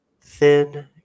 thin